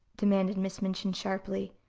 demanded miss minchin sharply.